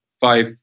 five